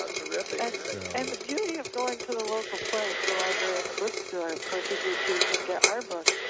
ah terrific so and the beauty of going to the local place, the library and the bookstore, of course, is that you can get our book,